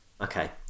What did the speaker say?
Okay